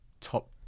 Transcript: top